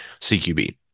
CQB